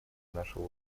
нашего